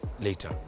later